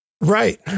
Right